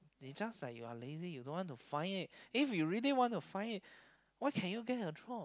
it just like you're lazy you don't want to find it if you really want to find it why can't you get a job